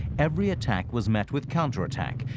every attack was met with counterattack.